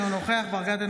אינו נוכח ניר ברקת,